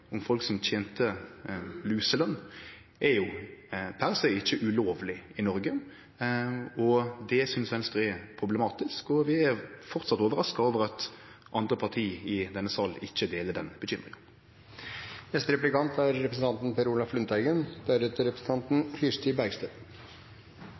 om folk som tente luseløn, er per se ikkje ulovleg i Noreg. Det synest Venstre er problematisk, og vi er framleis overraska over at andre parti i denne salen ikkje deler den bekymringa. Representanten Rotevatn sier at arbeidet mot sosial dumping er